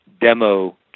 demo